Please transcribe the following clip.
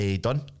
done